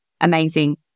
amazing